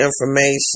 information